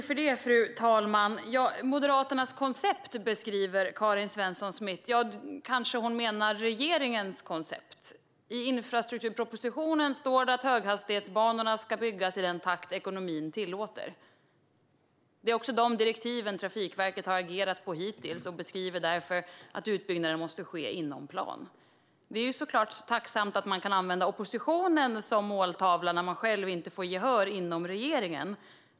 Fru talman! Karin Svensson Smith beskriver Moderaternas koncept. Kanske menar hon regeringens koncept. I infrastrukturpropositionen står det att höghastighetsbanorna ska byggas i den takt ekonomin tillåter. Det är också de direktiven Trafikverket har agerat efter hittills. Man beskriver därför att utbyggnaden måste ske inomplan. Det är såklart tacknämligt att kunna använda oppositionen som måltavla när man själv inte får gehör inom regeringen.